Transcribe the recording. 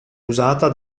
usata